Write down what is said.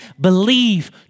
believe